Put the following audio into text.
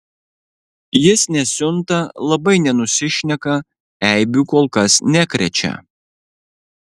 jis nesiunta labai nenusišneka eibių kol kas nekrečia